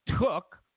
took